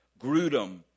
Grudem